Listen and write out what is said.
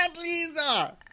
Lisa